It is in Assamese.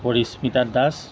পৰিস্মিতা দাস